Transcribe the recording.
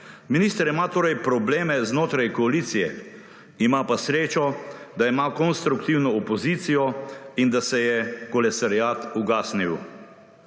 Minister ima torej probleme znotraj koalicije, ima pa srečo, da ima konstruktivno opozicijo in da se je kolesariat ugasnil.